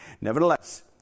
Nevertheless